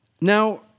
Now